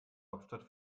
hauptstadt